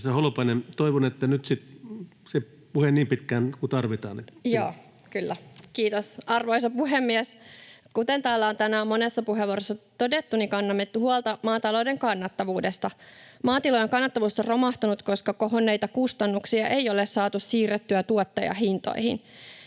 Time: 18:39 Content: Kiitos, arvoisa puhemies! Kuten täällä on tänään monessa puheenvuorossa todettu, kannamme huolta maatalouden kannattavuudesta. Maatilojen kannattavuus on romahtanut, koska kohonneita kustannuksia ei ole saatu siirrettyä tuottajahintoihin.